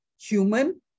human